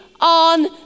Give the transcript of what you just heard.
on